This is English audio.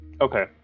Okay